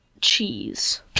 cheese